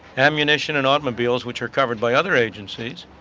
ammunition and automobiles which are covered by other agencies,